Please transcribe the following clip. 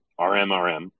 RMRM